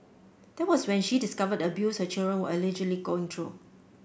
that was when she discovered the abuse her children were allegedly going through